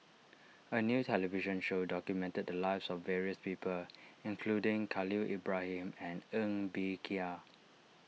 a new television show documented the lives of various people including Khalil Ibrahim and Ng Bee Kia